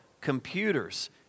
computers